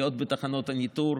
להיות בתחנות הניטור,